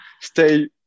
stay